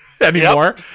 anymore